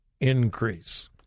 increase